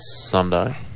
Sunday